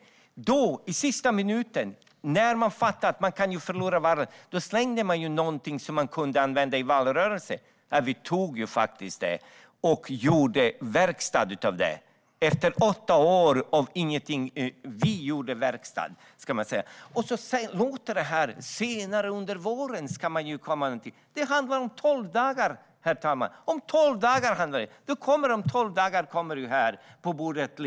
När man i sista minuten fattade att man kunde förlora valet, då slängde man ut någonting som man kunde använda i valrörelsen, och vi gjorde verkstad av det. Ni gjorde ingenting på åtta år, men vi såg till att det blev verkstad. Senare under våren ska det presenteras ett förslag. Det handlar om tolv dagar, herr ålderspresident.